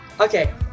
Okay